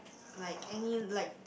like any like